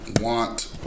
Want